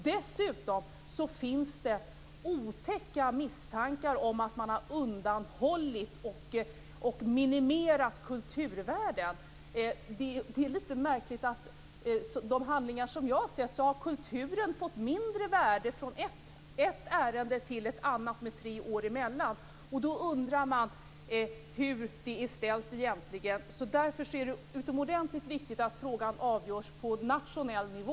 Dessutom finns det otäcka misstankar om att man har undanhållit och minimerat kulturvärden. Det är litet märkligt. I de handlingar som jag har sett har kulturen fått mindre värde från ett ärende till ett annat med tre år emellan. Då undrar man hur det är ställt egentligen. Därför är det utomordentligt viktigt att frågan avgörs på nationell nivå.